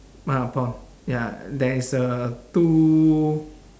ah pond ya there is a two